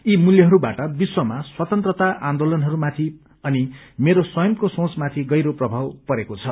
यी मूल्यहरूबाट विश्वमा स्वतन्त्रता आन्दोलनहरूमाथि अनि मेरो स्वयंको सोंचमाथि गहिरो प्रभाव परेको छ